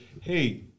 hey